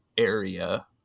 area